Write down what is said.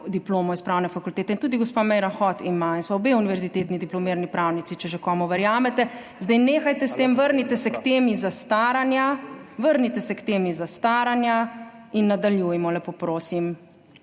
diplomo iz Pravne fakultete in tudi gospa Meira Hot ima in sva obe univerzitetni diplomirani pravnici, če že komu verjamete. Zdaj nehajte s tem, vrnite se k temi zastaranja. Vrnite se k temi zastaranja in nadaljujmo, lepo prosim.